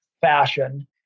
fashion